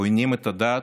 עוינים את הדת,